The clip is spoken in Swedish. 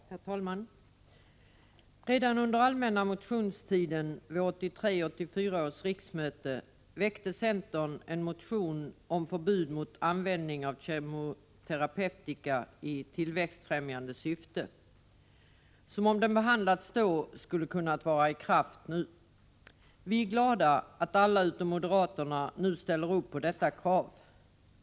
Herr talman! Redan under allmänna motionstiden vid 1983/84 års riksmöte väckte centern en motion om förbud mot användning av kemoterapeutika i tillväxtbefrämjande syfte. Om beslut hade fattats då, skulle ett förbud ha kunnat vara i kraft nu. Vi är glada över att alla utom moderaterna nu ställer upp på detta krav.